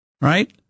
Right